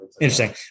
Interesting